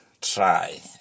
try